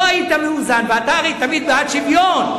לא היית מאוזן, ואתה הרי תמיד בעד שוויון.